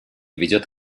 ведет